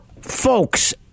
folks